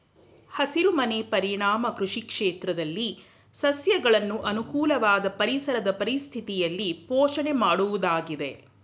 ಹಸಿರುಮನೆ ಪರಿಣಾಮ ಕೃಷಿ ಕ್ಷೇತ್ರದಲ್ಲಿ ಸಸ್ಯಗಳನ್ನು ಅನುಕೂಲವಾದ ಪರಿಸರದ ಪರಿಸ್ಥಿತಿಯಲ್ಲಿ ಪೋಷಣೆ ಮಾಡುವುದಾಗಿದೆ